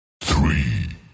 three